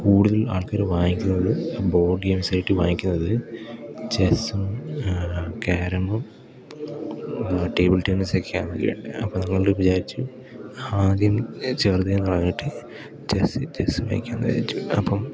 കൂടുതൽ ആൾക്കാർ വാങ്ങിക്കുന്നത് ബോഡ് ഗെയിംസായിട്ട് വാങ്ങിക്കുന്നത് ചെസ്സും ക്യാരമ്മും ടേബിൾ ടെന്നീസെക്കെയാന്നാണ് കേട്ടത് അപ്പം നമ്മൾ വീണ്ടും വിചാരിച്ച് ആദ്യം ചെറുത് ഒന്ന് തുടങ്ങിയിട്ട് ചെസ്സ് ചെസ്സ് മേടിക്കാം എന്ന് വിചാരിച്ചു അപ്പം